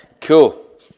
Cool